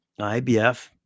IBF